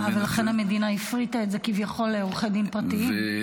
לכן המדינה הפריטה את זה כביכול לעורכי דין פרטיים.